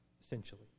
essentially